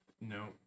No